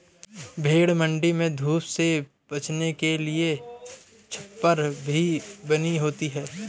भेंड़ मण्डी में धूप से बचने के लिए छप्पर भी बनी होती है